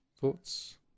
thoughts